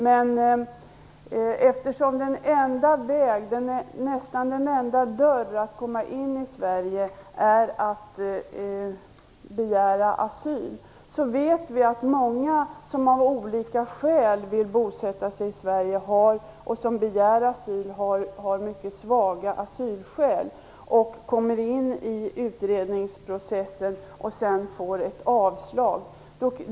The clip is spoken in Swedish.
Men vi vet, eftersom nästan den enda vägen att komma in i Sverige är att begära asyl, att många av dem som av olika skäl vill bosätta sig i Sverige och som begär asyl har mycket svaga asylskäl. De kommer in i utredningsprocessen och får sedan avslag.